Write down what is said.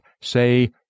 say